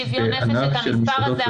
אתה מקבל בשוויון נפש את המספר הזה,